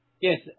Yes